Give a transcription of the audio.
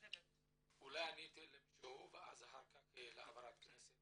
אני אתן למישהו ואז חברת הכנסת.